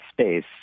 space